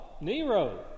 Nero